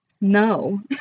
No